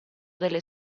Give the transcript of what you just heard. delle